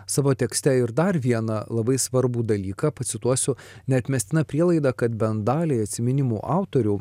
savo tekste ir dar vieną labai svarbų dalyką pacituosiu neatmestina prielaida kad bent daliai atsiminimų autorių